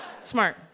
Smart